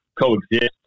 coexist